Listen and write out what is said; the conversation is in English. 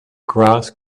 grass